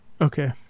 okay